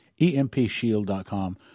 EMPShield.com